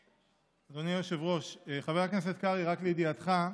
אדוני היושב-ראש, חבר הכנסת קרעי, רק לידיעתך,